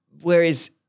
Whereas